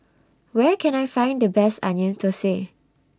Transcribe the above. Where Can I Find The Best Onion Thosai